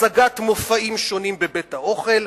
הצגת מופעים שונים בבית-האוכל,